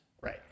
Right